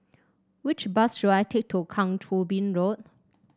which bus should I take to Kang Choo Bin Road